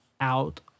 out